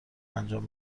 انجام